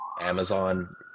Amazon